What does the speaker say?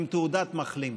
עם תעודת מחלים.